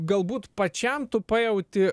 galbūt pačiam tu pajauti